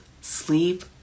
sleep